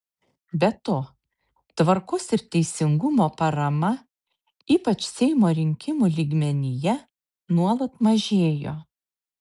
be to tvarkos ir teisingumo parama ypač seimo rinkimų lygmenyje nuolat mažėjo